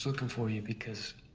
for you because